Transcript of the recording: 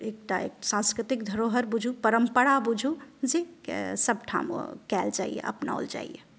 एकटा सांस्कृतिक धरोहरि बुझू परम्परा बुझू जे सभठाम कयल जाइया अपनाओल जाइया